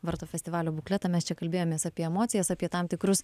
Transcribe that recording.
varto festivalio bukletą mes čia kalbėjomės apie emocijas apie tam tikrus